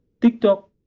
TikTok